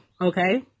Okay